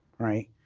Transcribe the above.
right?